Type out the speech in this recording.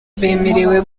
bemerewe